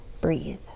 breathe